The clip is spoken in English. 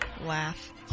laugh